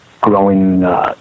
growing